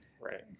right